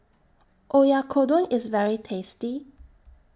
Oyakodon IS very tasty